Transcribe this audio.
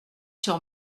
sur